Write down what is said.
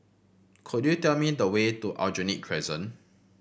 could you tell me the way to Aljunied Crescent